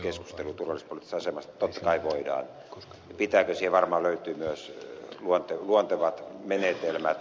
totta kai voidaan ja pitääkö siihen varmaan löytyy myös luontevat menetelmät